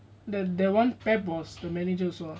that that [one] pep was the manager also ah